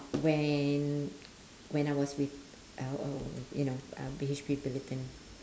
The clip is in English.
when when I was with L_O you know uh BHP Billiton